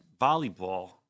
volleyball